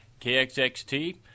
KXXT